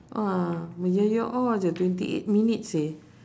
ah jer twenty eight minutes seh